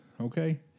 okay